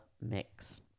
Mix